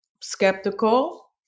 skeptical